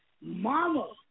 Mama